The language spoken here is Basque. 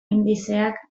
indizeak